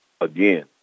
Again